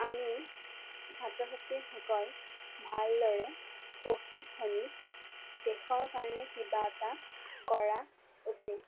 আমি ছাত্ৰ ছাত্ৰীসকল ভালদৰে পঢ়ি শুনি দেশৰ কাৰণে কিবা এটা কৰা উচিত